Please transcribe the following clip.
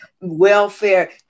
welfare